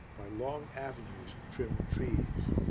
by long avenues of trimmed trees.